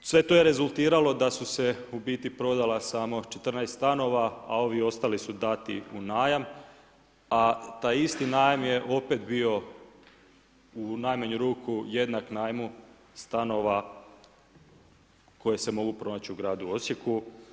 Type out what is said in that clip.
Sve to je rezultiralo da su se u biti prodala samo 14 stanova, a ovi ostali su dati u najam, a taj isti najam je opet bio u najmanju ruku jednak najmu stanova koji se mogu pronaći u gradu Osijeku.